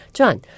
John